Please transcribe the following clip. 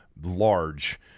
large